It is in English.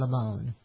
Lamone